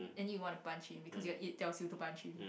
and you want to punch him because your it tells you to punch him